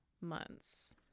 months